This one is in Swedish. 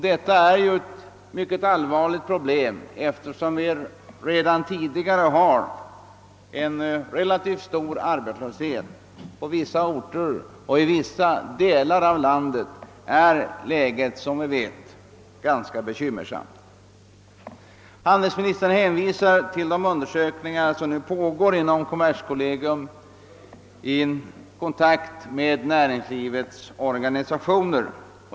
Detta är ju ett mycket allvarligt problem, eftersom vi redan tidigare har en relativt stor arbetslöshet. På vissa orter och i vissa delar av landet är läget som bekant ganska bekymmersamt. Handelsministern hänvisar till de undersökningar som nu pågår inom kommerskollegium i kontakt med näringslivets organisationer.